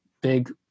big